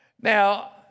Now